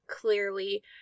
clearly